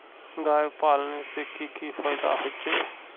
गाय पालने से की की फायदा होचे?